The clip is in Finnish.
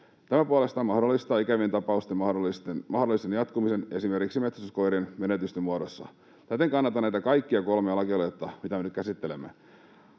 Tämä puolestaan mahdollistaa ikävien tapausten jatkumisen esimerkiksi metsästyskoirien menetysten muodossa. Täten kannatan näitä kaikkia kolmea lakialoitetta, mitä me nyt käsittelemme.